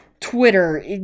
Twitter